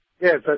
yes